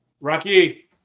rocky